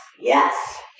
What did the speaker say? Yes